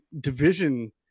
division